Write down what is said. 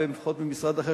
לפחות במשרד אחר,